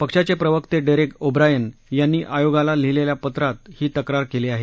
पक्षाचे प्रवक्ते Derek O'Brien यांनी आयोगाल लिहीलेल्या पत्रात ही तक्रार केली आहे